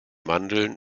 mandeln